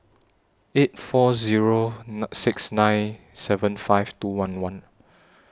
eight four Zero nine six nine seven five two one one